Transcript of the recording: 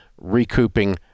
recouping